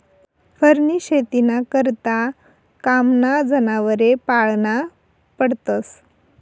फरनी शेतीना करता कामना जनावरे पाळना पडतस